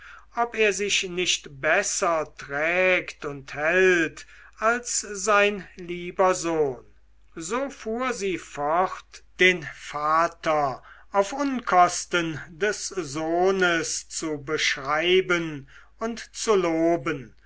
ob er sich nicht besser trägt und hält als sein lieber sohn so fuhr sie fort den vater auf unkosten des sohnes zu beschreien und zu loben